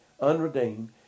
unredeemed